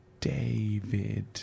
David